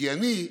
כי אני,